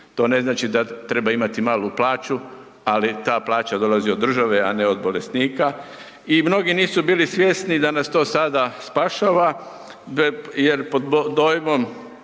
to ne znači da treba imati malu plaću, ali ta plaća dolazi od države, a ne od bolesnika i mnogi nisu bili svjesni da nas to sada spašava jer pod dojmom